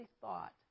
thought